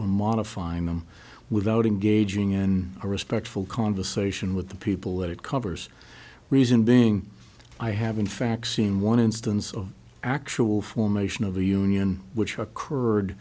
on modifying them without engaging in a respectful conversation with the people that it covers reason being i have in fact seen one instance of actual formation of the union which occurred